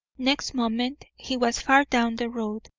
next moment he was far down the road,